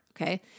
okay